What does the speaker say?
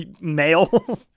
male